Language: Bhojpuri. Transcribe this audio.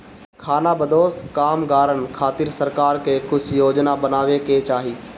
खानाबदोश कामगारन खातिर सरकार के कुछ योजना बनावे के चाही